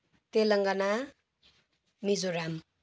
Telangana Mizoram